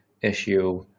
issue